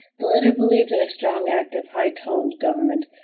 the latter believed in a strong, active, high-toned government,